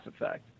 Effect